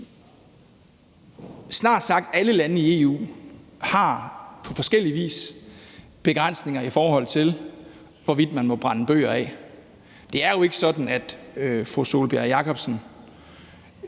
Snart sagt alle lande i EU har på forskellig vis begrænsninger, i forhold til hvorvidt man må brænde bøger af. Det er jo ikke sådan, at fru Sólbjørg Jakobsen